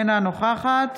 אינה נוכחת